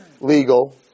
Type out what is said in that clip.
legal